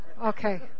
Okay